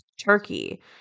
turkey